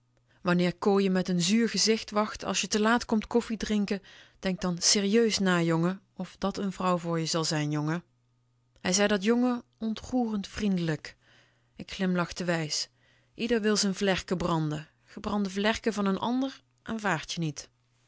wanneer co je met n zuur gezicht wacht als je te laat komt koffiedrinken denk dan sérieus na jongen of dat n vrouw voor je zal zijn jongen hij zei dat jongen ontroerend vriendelijk ik glimlachte wijs ieder wil z'n vlerken branden gebrande vlerken van n ander aanvaard je niet